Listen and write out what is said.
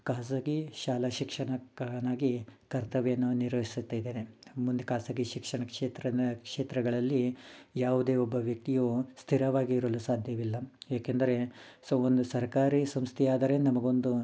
ಖಾಸಗಿ ಶಾಲಾ ಶಿಕ್ಷಕನಾಗಿ ಕರ್ತವ್ಯವನ್ನು ನಿರ್ವಹಿಸುತ್ತಿದ್ದೇನೆ ಮುಂದೆ ಖಾಸಗಿ ಶಿಕ್ಷಣ ಕ್ಷೇತ್ರದ ಕ್ಷೇತ್ರಗಳಲ್ಲಿ ಯಾವುದೇ ಒಬ್ಬ ವ್ಯಕ್ತಿಯು ಸ್ಥಿರವಾಗಿ ಇರಲು ಸಾಧ್ಯವಿಲ್ಲ ಏಕೆಂದರೆ ಸೊ ಒಂದು ಸರ್ಕಾರಿ ಸಂಸ್ಥೆಯಾದರೆ ನಮಗೊಂದು